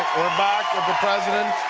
we're back with the president.